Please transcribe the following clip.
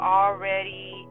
already